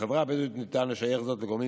בחברה הבדואית ניתן לשייך זאת לגורמים